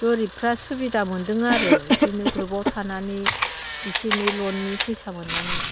गोरिबफ्रा सुबिदा मोन्दों आरो बिदिनो ग्रुपाव थानानै एसे एनै ल'ननि फैसा मोननानै